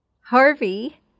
Harvey